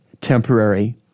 temporary